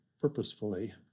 purposefully